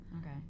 Okay